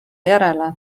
järele